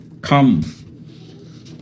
come